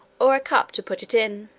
or a cup to put it in.